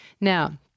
Now